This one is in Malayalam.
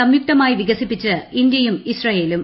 സംയുക്തമായി വികസിപ്പിച്ച് ഇന്ത്യയും ഇസ്രയേലും